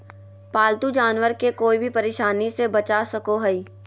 पालतू जानवर के कोय भी परेशानी से बचा सको हइ